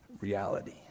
reality